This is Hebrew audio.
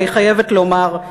אני חייבת לומר,